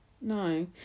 No